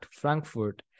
Frankfurt